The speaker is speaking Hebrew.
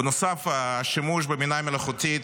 בנוסף, השימוש בבינה המלאכותית